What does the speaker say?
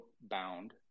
bound